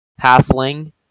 Halfling